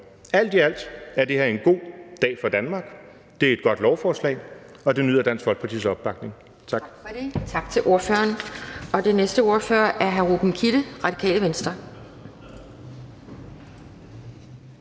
Alt i alt er det her en god dag for Danmark. Det er et godt lovforslag, og det nyder Dansk Folkepartis opbakning. Tak.